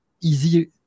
easy